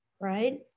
right